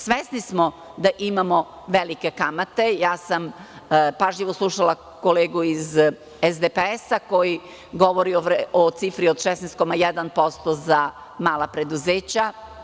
Svesni smo da imamo velike kamate, ja sam pažljivo slušala kolegu iz SDPS koji govori o cifri o 16,1% za mala preduzeća.